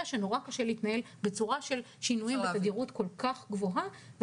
הייתה שמאוד קשה להתנהל בצורה של שינויים בתדירות כל כך גבוהה.